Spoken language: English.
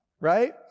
right